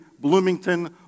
Bloomington